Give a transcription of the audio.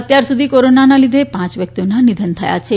અત્યાર સુધી કોરોનાના લીધે પાંચ વ્યકિતઓના નિધન થયા છે